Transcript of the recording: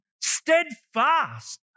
steadfast